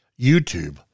YouTube